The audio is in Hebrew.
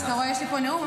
אתה רואה שיש לי פה נאום,